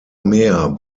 mehr